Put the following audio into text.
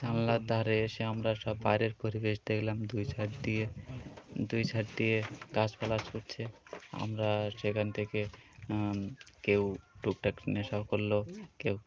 জালনার ধারে এসে আমরা সব বাইরের পরিবেশ দেখলাম দুই ধার দিয়ে দুই ধার দিয়ে গাছপালা ছুটছে আমরা সেখান থেকে কেউ টুকটাক নেশা করল কেউ